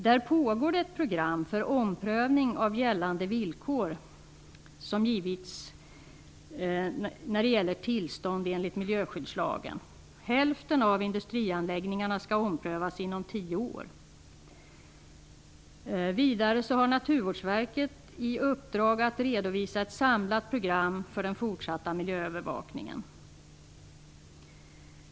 Där pågår det ett program för omprövning av gällande villkor i tillstånd som lämnats enligt miljöskyddslagen. Hälften av tillstånden till industrianläggningarna skall omprövas inom tio år. Vidare har Naturvårdsverket i uppdrag att redovisa ett samlat program för den fortsatta miljöövervakningen.